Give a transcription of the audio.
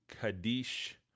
Kaddish